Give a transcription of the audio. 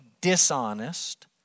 dishonest